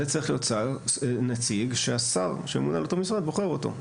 זה צריך להיות נציג שהשר שממונה על אותו משרד בוחר אותו.